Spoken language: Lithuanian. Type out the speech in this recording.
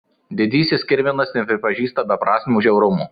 didysis kirminas nepripažįsta beprasmio žiaurumo